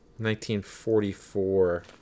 1944